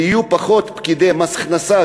ויהיו פחות פקידי מס הכנסה,